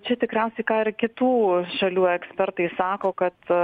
čia tikriausiai ką ir kitų šalių ekspertai sako kad